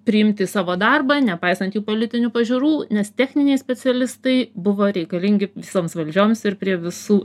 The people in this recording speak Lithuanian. priimti į savo darbą nepaisant jų politinių pažiūrų nes techniniai specialistai buvo reikalingi visoms valdžioms ir prie visų